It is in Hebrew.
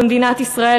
במדינת ישראל,